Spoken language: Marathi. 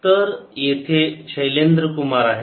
तर येथे शैलेंद्र कुमार आहेत